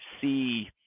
see